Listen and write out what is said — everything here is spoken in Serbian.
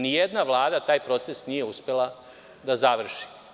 Nijedna vlada taj proces nije uspela da završi.